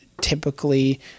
typically